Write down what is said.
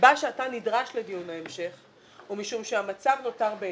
הסיבה שאתה נדרש לדיון ההמשך היא משום שהמצב נותר בעינו.